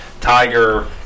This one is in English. tiger